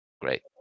great